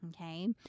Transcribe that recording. okay